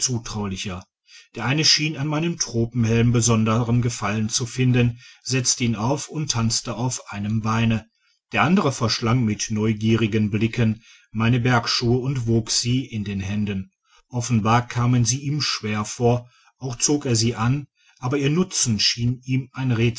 zutraulicher der eine schien an meinem tropenhelm besonderen gefallen zu finden setzte ihn auf und tanzte auf einem beine der andere verschlang mit neugierigen büken meine bergschuhe und wog sie in den händen offenbar kamen sie ihm schwer vor auch zog er sie an aber ihr nutzen schien ihm ein